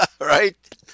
Right